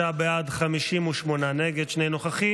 39 בעד, 58 נגד, שני נוכחים.